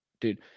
dude